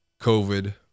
COVID